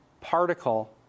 particle